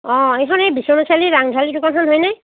অ' এইখন এই বিশ্বনাথ চাৰিআালিৰ ৰাংঢালী দোকানখন হয়নে